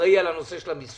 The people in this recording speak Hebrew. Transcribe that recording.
אחראי על הנושא של המיסוי.